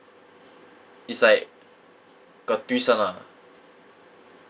it's like got twist [one] ah